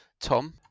Tom